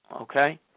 Okay